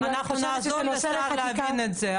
אנחנו נעזור לשר להבין את זה.